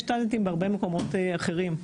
יש טאלנטים בהרבה מקומות אחרים,